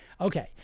Okay